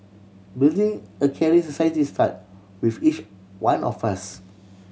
building a caring society start with each one of us